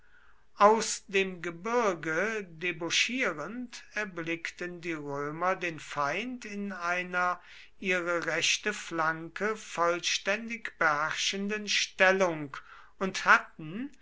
aus dem gebirge debouchierend erblickten die römer den feind in einer ihre rechte flanke vollständig beherrschenden stellung und hatten